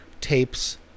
tapes